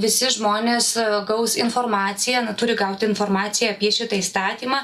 visi žmonės gaus informaciją na turi gauti informaciją apie šitą įstatymą